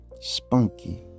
spunky